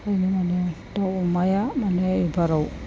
ओंखायनो माने दाउ अमाया माने एबाराव